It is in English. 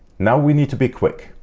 now we need to be quick.